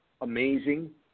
Amazing